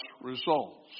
results